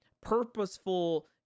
purposeful